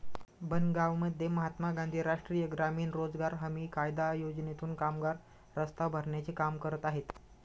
बनगावमध्ये महात्मा गांधी राष्ट्रीय ग्रामीण रोजगार हमी कायदा योजनेतून कामगार रस्ता भरण्याचे काम करत आहेत